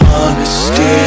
Honesty